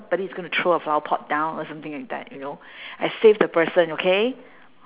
~body's gonna throw a flower pot down or something like that you know I save the person okay